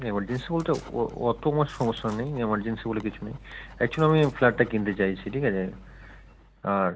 emergency বলতে অ অত আমার সমস্যা নেই ইমার্জেন্সি বলে কিছু নেই অ্যাকচুয়েলি আমি ফ্ল্যাটটা কিনতে চাইছি ঠিক আছে আর